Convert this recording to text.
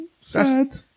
sad